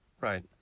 Right